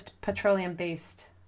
petroleum-based